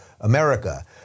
America